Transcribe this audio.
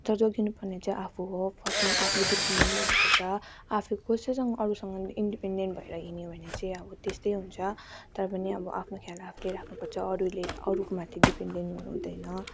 त जोगिनु पर्ने चाहिँ आफू हो फर्स्टमा आफू डिपेनडेन्ट हुनु पर्छ आफू कसैसँग अरूसँग इन्डिपेनडेन्ट भएर हिँड्यो भने चाहिँ अब त्यस्तै हुन्छ तर पनि अब आफ्नो ख्याल आफूले राख्नु पर्छ अरूले अरूको माथि डिपेनडेन्ट हुनु हुँदैन